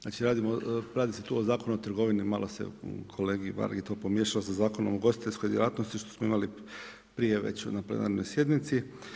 Znači, radi se tu o Zakonu o trgovini, malo se kolegi Vargi to pomiješalo sa Zakonom o ugostiteljskoj djelatnosti, što smo imali prije već na plenarnoj sjednici.